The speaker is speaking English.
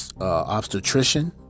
obstetrician